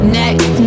next